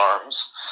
arms